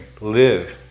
Live